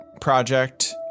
project